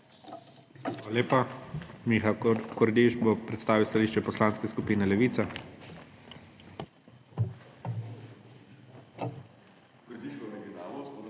Hvala lepa. Primož Siter bo predstavil stališče Poslanske skupine Levica.